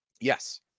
Yes